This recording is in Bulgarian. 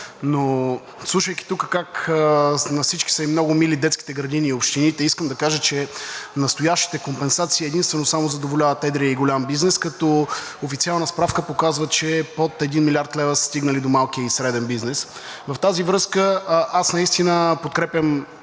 но слушайки тук как на всички са им много мили детските градини и общините, искам да кажа, че настоящите компенсации единствено и само задоволяват едрия бизнес, като официална справка показва, че под 1 млрд. лв. са стигнали до малкия и средния бизнес. В тази връзка подкрепям